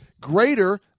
greater